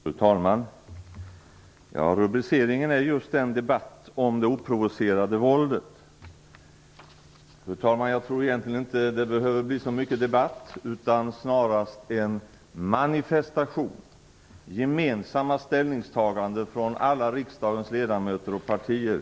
Fru talman! Rubriken på debatten är just "Aktuell debatt om det oprovocerade våldet". Fru talman, jag tror egentligen inte att det behöver bli så mycket debatt, utan snarast en manifestation, ett gemensamt ställningstagande från alla riksdagens ledamöter och partier.